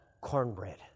cornbread